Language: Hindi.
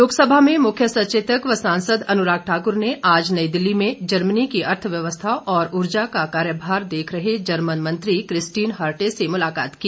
अनुराग लोकसभा में मुख्य सचेतक व सांसद अनुराग ठाकुर ने आज नई दिल्ली में जर्मनी की अर्थव्यवस्था और ऊर्जा का कार्यभार देख रहे जर्मन मंत्री क्रिस्टीन हर्टे से मुलाकात की